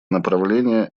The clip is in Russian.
направление